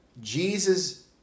Jesus